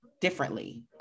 differently